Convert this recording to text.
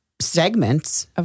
segments